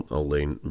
alleen